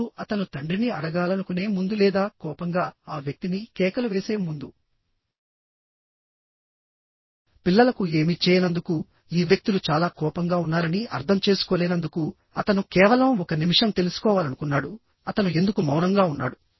ఇప్పుడు అతను తండ్రిని అడగాలనుకునే ముందు లేదా కోపంగా ఆ వ్యక్తిని కేకలు వేసే ముందు పిల్లలకు ఏమీ చేయనందుకు ఈ వ్యక్తులు చాలా కోపంగా ఉన్నారని అర్థంచేసుకోలేనందుకు అతను కేవలం ఒక నిమిషం తెలుసుకోవాలనుకున్నాడు అతను ఎందుకు మౌనంగా ఉన్నాడు